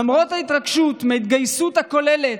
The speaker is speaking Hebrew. למרות ההתרגשות מההתגייסות הכוללת,